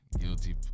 Guilty